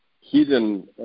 hidden